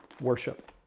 worship